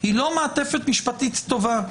היא לא מעטפת משפטית טובה,